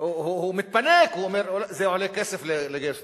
הוא מתפנק, זה עולה לגייס אותם.